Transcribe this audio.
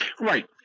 Right